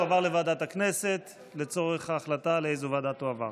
תועבר לוועדת הכנסת לצורך ההחלטה לאיזו ועדה היא תועבר.